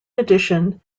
addition